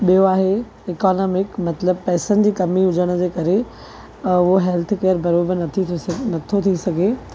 ॿियो आहे इकोनोमिक मतिलबु पैसनि जी कमी हुजण जे करे उहो हेल्थकेर बराबरि नथी नथो थी सघे